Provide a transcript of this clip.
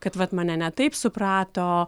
kad vat mane ne taip suprato